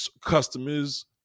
customers